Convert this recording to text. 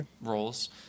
roles